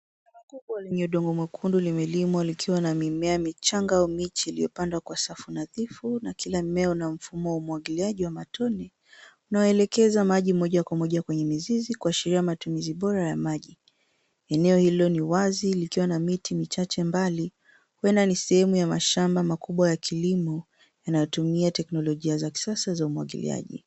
Shamba kubwa lenye udongo mwekundu limelimwa likiwa na mimea michanga au miche iliyopandwa kwa safu nadhifu, na kina mmea una mfumo wa umwagiliaji wa matone unaoelekez maji moja kwa moja kwenye mizizi, kuashiria matumizi bora ya maji. Eneo hilo ni wazi likiwa na miti michache mbali, huenda ni sehemu ya mashamba makubwa ya kilimo, yanayotumia teknolojia za kisasa za umwagiliaji.